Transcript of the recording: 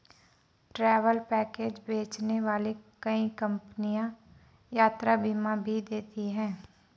travel package बेचने वाली कई कंपनियां यात्रा बीमा भी देती हैं